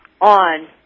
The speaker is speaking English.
on